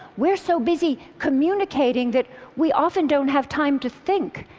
we're so busy communicating that we often don't have time to think,